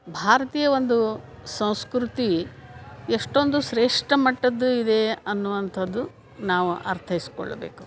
ಭಾರತೀಯ ಒಂದು ಸಂಸ್ಕೃತಿ ಎಷ್ಟೊಂದು ಶ್ರೇಷ್ಠ ಮಟ್ಟದ್ದು ಇದೆ ಅನ್ನುವಂಥದ್ದು ನಾವು ಅರ್ಥೈಸ್ಕೊಳ್ಳಬೇಕು